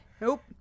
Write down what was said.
Nope